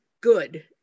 good